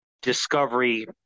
discovery